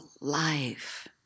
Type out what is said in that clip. life